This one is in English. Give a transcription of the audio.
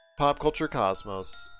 popculturecosmos